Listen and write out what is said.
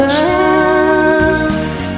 chance